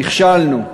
נכשלנו.